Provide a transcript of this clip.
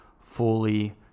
fully